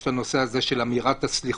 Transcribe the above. יש נושא של אמירת הסליחות.